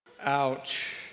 Ouch